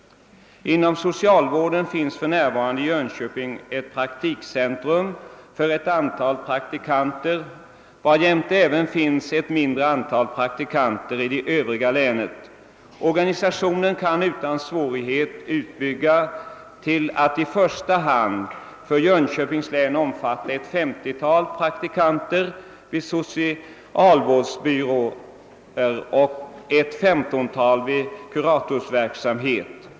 Inom socialvården finns för närvarande i Jönköping ett praktikcentrum för ett antal praktikanter, och dessutom finns ett mindre antal praktikanter i övriga delar av länet. Organisationen kan utan svårighet utbyggas till att i första hand för Jönköpings län omfatta ett femtiotal praktikanter vid socialvårdsbyråer och ett femtontal vid kuratorsverksamhet.